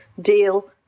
deal